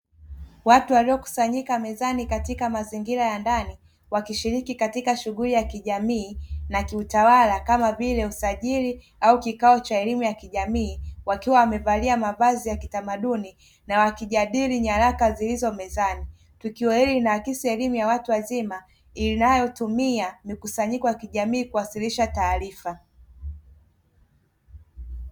Watu waliokusanyika mezani katika mazingira ya ndani wakishiriki katika shughuli ya kijamii na kiutawala kama vile usajiri au kikao cha elimu ya kijamii, wakiwa wamevalia mavazi ya kitamaduni na wakijadili nyaraka zilizo mezani, tukio hili linaakisi elimu ya watu wazima inayotumia mikusanyiko ya kijamii kuwasilisha taarifa.